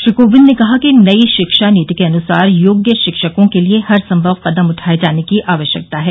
श्री कोविंद ने कहा कि नई शिक्षा नीति के अनुसार योग्य शिक्षकों के लिए हर संभव कदम उठाए जाने की आवश्यकता है